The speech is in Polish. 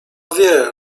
wie